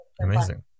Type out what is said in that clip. amazing